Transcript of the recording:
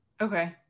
Okay